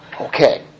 Okay